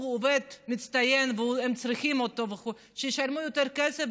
הוא עובד מצטיין והם צריכים אותו וכו' שישלמו יותר כסף,